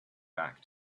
back